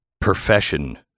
profession